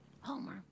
Homer